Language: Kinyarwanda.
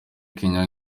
kenya